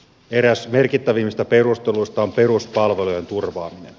eräs merkittävimmistä perusteluista on peruspalvelujen turvaaminen